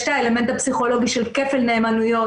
יש את האלמנט הפסיכולוגי של כפל נאמנויות,